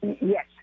Yes